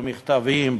במכתבים,